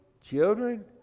children